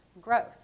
growth